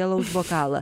alaus bokalą